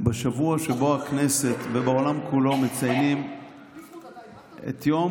בשבוע שבו הכנסת ובעולם כולו מציינים את היום